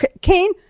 Kane